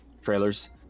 trailers